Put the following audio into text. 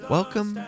Welcome